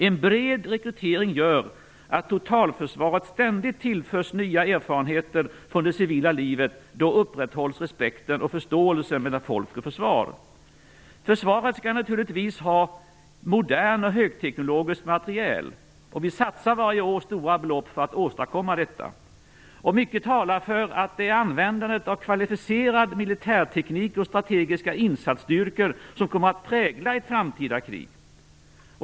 En bred rekrytering gör att totalförsvaret ständigt tillförs nya erfarenheter från det civila livet. Då upprätthålls också respekten och förståelsen mellan folk och försvar. Försvaret skall naturligtvis ha modern och högteknologisk materiel, och vi satsar varje år stora belopp på att åstadkomma detta. Mycket talar för att det är användandet av kvalificerad militärteknik och strategiska insatsstyrkor som kommer att prägla ett framtida krig.